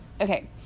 Okay